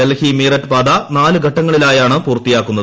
ഡൽഹി മീററ്റ് പാത നാല് ഘട്ടങ്ങളിലായാണ് പൂർത്തിയാക്കുന്നത്